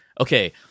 okay